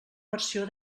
versió